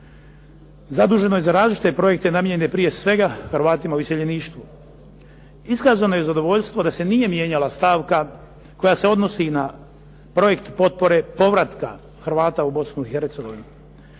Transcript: zaduženoj za različite projekte namijenjene prije svega Hrvatima u iseljeništvu. Iskazano je zadovoljstvo da se nije mijenjala stavka koja se odnosi i na projekt potpore povratka Hrvata u Bosnu